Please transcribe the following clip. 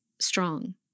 strong